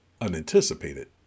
unanticipated